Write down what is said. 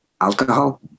alcohol